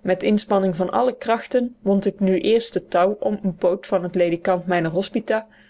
met inspanning van alle krachten wond ik nu eerst het touw om een poot van het ledikant mijner hospita